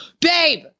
babe